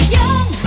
young